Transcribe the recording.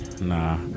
nah